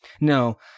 No